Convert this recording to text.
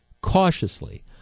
cautiously